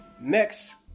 Next